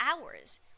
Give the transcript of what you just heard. hours